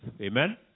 amen